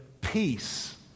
Peace